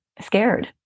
scared